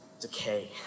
decay